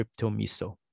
CryptoMiso